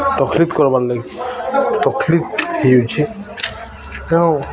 ତକଲିଫ କର୍ବାର୍ ଲାଗି ତକଲିିଫ ହେଉଛି ତେଣୁ